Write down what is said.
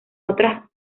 otras